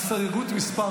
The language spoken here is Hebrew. הסתייגות מס'